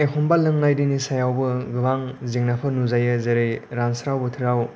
एखम्बा लोंनाय दैनि सायावबो गोबां जेंनाफोर नुजायो जेरै रानस्राव बोथोराव